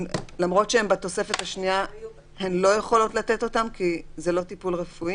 לא יכולות לתת את השירותים האלה כי זה לא טיפול רפואי?